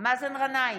מאזן גנאים,